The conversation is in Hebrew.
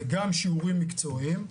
זה גם שיעורים מקצועיים,